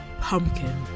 pumpkin